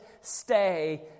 stay